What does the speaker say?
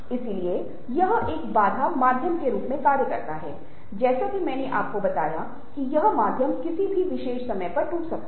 इसलिए यह एक बाधा माध्यम के रूप में कार्य करता है जैसा कि मैंने आपको बताया कि यह माध्यम किसी भी विशेष समय पर टूट सकता है